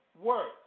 work